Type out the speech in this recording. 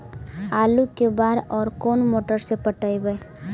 आलू के बार और कोन मोटर से पटइबै?